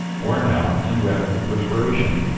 worn out and wet with perspiration,